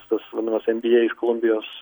tas vadinamas enbyei iš kolumbijos